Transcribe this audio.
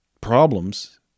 problems